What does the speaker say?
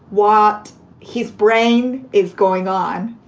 what his brain is going on?